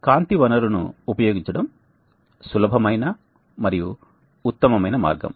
కాంతి వనరును ఉపయోగించడం సులభమైన మరియు ఉత్తమమైన మార్గం